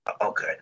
okay